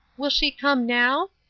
will she come now.